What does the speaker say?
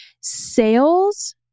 sales